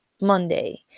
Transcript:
monday